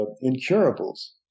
incurables